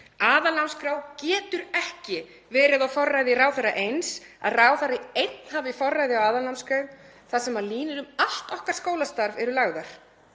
Aðalnámskrá getur ekki verið á forræði ráðherra eins, að ráðherra einn hafi forræði á aðalnámskrá þar sem línur um allt okkar skólastarf eru lagðar.